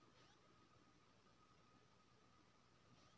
UPI से पैसा भेजै म चार्ज भी लागे छै?